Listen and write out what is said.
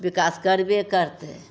विकास करबे करतै